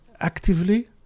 actively